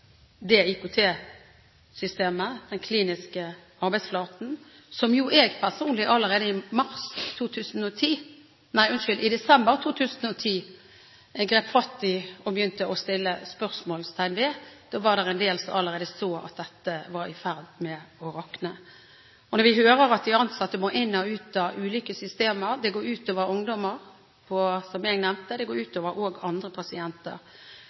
gjennom IKT-systemet, den kliniske arbeidsflaten, som jeg personlig allerede i desember 2010 grep fatt i og begynte å stille spørsmål om. Da var det allerede en del som så at dette var i ferd med å rakne. Når vi hører at de ansatte må inn og ut av ulike systemer, og at det går ut over ungdommer, som jeg nevnte, og ut over andre pasienter,